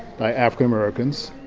by african-americans,